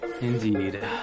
Indeed